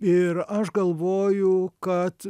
ir aš galvoju kad